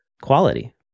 quality